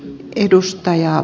ykn edustaja